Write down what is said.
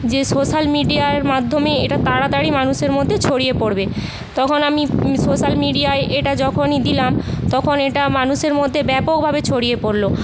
যে সোশ্যাল মিডিয়ার মাধ্যমে এটা তাড়াতাড়ি মানুষের মধ্যে ছড়িয়ে পড়বে তখন আমি সোশ্যাল মিডিয়ায় এটা যখনই দিলাম তখন এটা মানুষের মধ্যে ব্যাপকভাবে ছড়িয়ে পড়লো